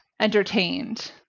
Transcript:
entertained